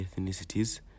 ethnicities